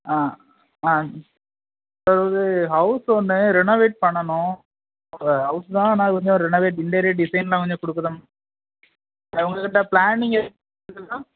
ஆ ஆ சார் ஒரு ஹவுஸ் ஒன்று ரினவேட் பண்ணணும் ஒரு ஹவுஸ் தான் ஆனால் அது கொஞ்சம் ரினவேட் இண்டீரியர் டிசைன்லாம் கொஞ்சம் கொடுக்கணும் சார் உங்கக்கிட்டே பிளானிங் இருக்கா